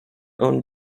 owned